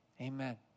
Amen